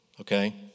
okay